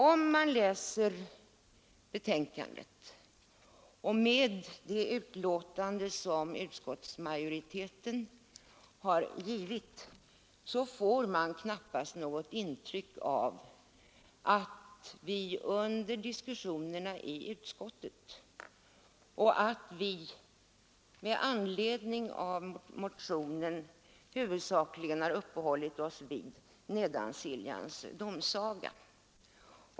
Om man läser utskottsmajoritetens betänkande får man knappast något intryck av att vi under diskussionerna i utskottet huvudsakligen har uppehållit oss vid Nedansiljans domsaga.